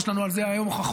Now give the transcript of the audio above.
ויש לנו על זה היום הוכחות,